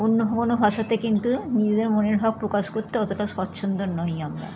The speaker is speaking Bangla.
অন্য কোনো ভাষাতে কিন্তু নিজেদের মনের ভাব প্রকাশ কত্তে অতটা স্বচ্ছন্দ নই আমরা